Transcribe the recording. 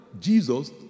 Jesus